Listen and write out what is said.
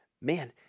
Man